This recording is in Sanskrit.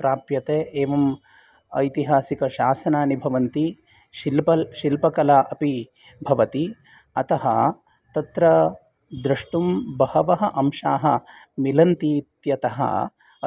प्राप्यते एवम् ऐतिहासिकशासनानि भवन्ति शिल्पकला अपि भवति अतः तत्र द्रष्टुं बहवः अंशाः मिलन्ति इत्यतः